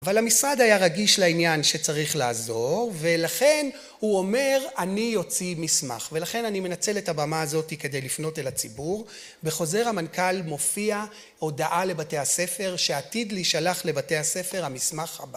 אבל המשרד היה רגיש לעניין שצריך לעזור, ולכן הוא אומר אני יוציא מסמך. ולכן אני מנצל את הבמה הזאת כדי לפנות אל הציבור, בחוזר המנכ״ל מופיעה הודעה לבתי הספר שעתיד להשלח לבתי הספר המסמך